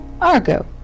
Argo